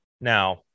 Now